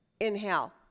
Inhale